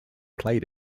played